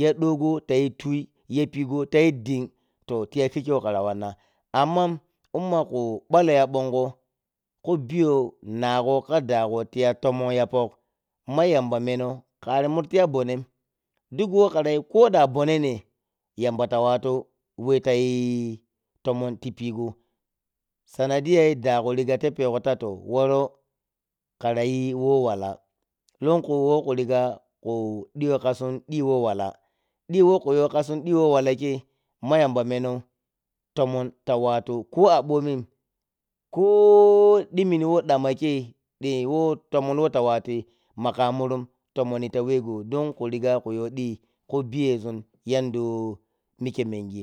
ya ɗogho layi tui yapigho ta yi ding to tiya khikkyeiyi wo khara wanna, amma imma khu ballow ya gbongho khu biyow magho kha dagho tiyu tonon yap ok, ma yamba menow karimur tiya bonnehm, duk wo khara yi ko da bonneh ne yamba ta wato weh liyi tonon ti pisho, sanadiyayi dagho yeppegho la to worio kharayi wo wala, lunkhu khu riga khu diwow kha sun ɗi wo wwala, ɗi wo wo khu ɗiwow kha sun ɗi wo wala kyeiyi ma yamba menow tonon ta wattu ko a wattu banin ko ɗimin wo dama kyeiyi ih wo tamon wota wattunyi makha murum tomonyi ta wehgho don khu riga khu yow ɗi ko bi yezun yanda wo mikye menshi.